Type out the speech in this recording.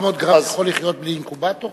400 גרם יכול לחיות בלי אינקובטור?